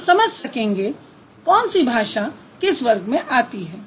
हम समझ सकेंगे कौनसी भाषा किस वर्ग में आती है